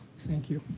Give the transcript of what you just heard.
thank you.